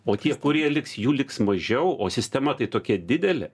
o tie kurie liks jų liks mažiau o sistema tai tokia didelė